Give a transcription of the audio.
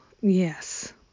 Yes